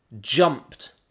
jumped